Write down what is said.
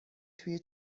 توی